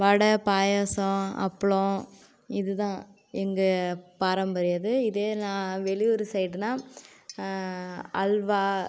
வடை பாயாசம் அப்பளம் இதுதான் எங்கள் பாரம்பரியது இதே நான் வெளியூர் சைடுன்னால் அல்வா